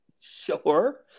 Sure